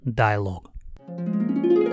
dialogue